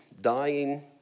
dying